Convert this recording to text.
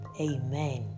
amen